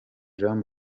jean